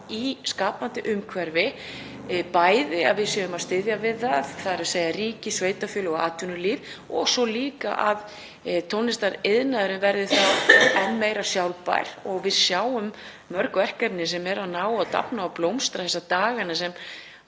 í skapandi umhverfi, að við séum að styðja við það, þ.e. ríki, sveitarfélög og atvinnulíf, og svo líka að tónlistariðnaðurinn verði þá enn meira sjálfbær. Við sjáum mörg verkefni sem dafna og blómstra þessa dagana sem